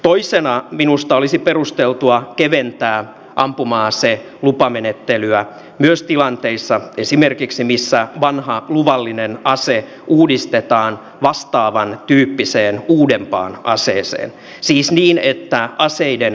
toisena olisi minusta perusteltua keventää ampuma aselupamenettelyä myös esimerkiksi tilanteissa joissa vanha luvallinen ase uudistetaan vastaavan tyyppiseen uudempaan aseeseen siis niin että aseiden kokonaismäärä ei kasva